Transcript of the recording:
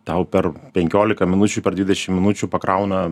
tau per penkiolika minučių per dvidešim minučių pakrauna